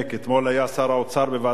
אתמול היה שר האוצר בוועדת הכספים.